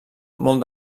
molt